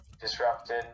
disrupted